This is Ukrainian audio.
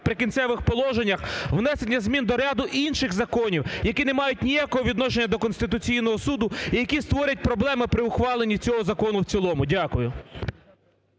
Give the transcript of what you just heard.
"Прикінцевих положення" внесення змін до ряду інших законів, які не мають ніякого відношення до Конституційного Суду і які створять проблеми при ухваленні цього закону в цілому. Дякую.